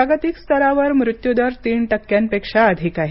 जागतिक स्तरावर मृत्यूदर तीन टक्क्यांपेक्षा अधिक आहे